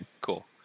Cool